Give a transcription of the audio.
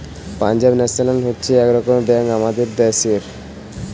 Punjab national হচ্ছে এক রকমের ব্যাঙ্ক আমাদের দ্যাশের